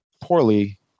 poorly